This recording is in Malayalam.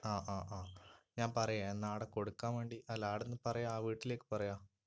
ആ ആ ആ ഞാൻ പറയാം എന്നാടെ കൊടുക്കാൻ വേണ്ടി അല്ല അവിടെന്ന് പറയാം ആ വീട്ടിലേക്ക് പറയാം